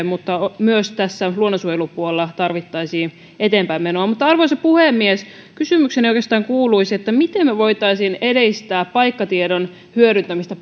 mutta myös tässä luonnonsuojelupuolella tarvittaisiin eteenpäinmenoa arvoisa puhemies kysymykseni oikeastaan kuuluisi miten me voisimme edistää paikkatiedon hyödyntämistä